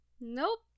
Nope